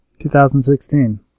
2016